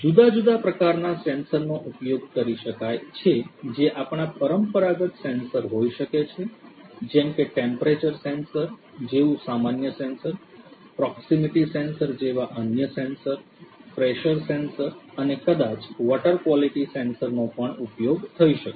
જુદા જદા પ્રકારના સેન્સરનો ઉપયોગ કરી શકાય છે જે આપણા પરંપરાગત સેન્સર હોઈ શકે છે જેમ કે ટેમ્પરેચર સેન્સર જેવું સામાન્ય સેન્સર પ્રોક્સીમીટી સેન્સર જેવા અન્ય સેન્સર પ્રેશર સેન્સર અને કદાચ વોટર ક્વાલીટી સેન્સર નો પણ ઉપયોગ થઇ શકે છે